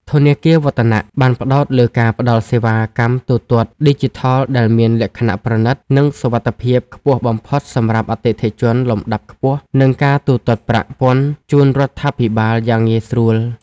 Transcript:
ធនាគារ វឌ្ឍនៈ (Vattanac) បានផ្ដោតលើការផ្ដល់សេវាកម្មទូទាត់ឌីជីថលដែលមានលក្ខណៈប្រណីត និងសុវត្ថិភាពខ្ពស់បំផុតសម្រាប់អតិថិជនលំដាប់ខ្ពស់ និងការទូទាត់ប្រាក់ពន្ធជូនរដ្ឋាភិបាលយ៉ាងងាយស្រួល។